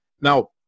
Now